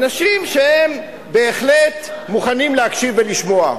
אנשים שבהחלט מוכנים להקשיב ולשמוע.